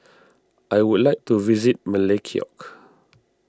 I would like to visit Melekeok